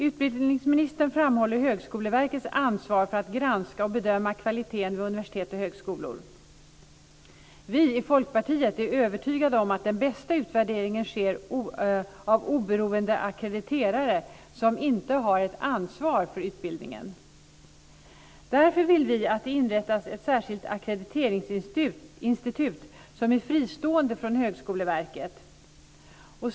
Utbildningsministern framhåller Högskoleverkets ansvar för att granska och bedöma kvaliteten vid universitet och högskolor. Vi i Folkpartiet är övertygade om att den bästa utvärderingen görs av oberoende ackrediterare som inte har ett ansvar för utbildningen. Därför vill vi att det inrättas ett särskilt ackrediteringsinstitut som är fristående från Högskoleverket.